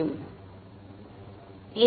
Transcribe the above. மாணவர் எங்கே